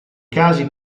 casi